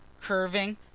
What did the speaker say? curving